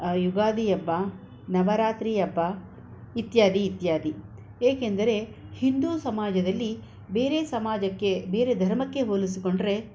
ಯುಗಾದಿ ಹಬ್ಬ ನವರಾತ್ರಿ ಹಬ್ಬ ಇತ್ಯಾದಿ ಇತ್ಯಾದಿ ಏಕೆಂದರೆ ಹಿಂದೂ ಸಮಾಜದಲ್ಲಿ ಬೇರೆ ಸಮಾಜಕ್ಕೆ ಬೇರೆ ಧರ್ಮಕ್ಕೆ ಹೋಲಿಸಿಕೊಂಡರೆ